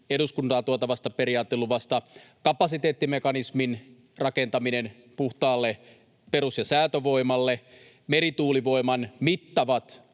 eduskuntaan tuotavasta periaateluvasta, kapasiteettimekanismin rakentaminen puhtaalle perus- ja säätövoimalle, merituulivoiman mittavat